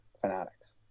fanatics